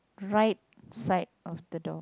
right side of the door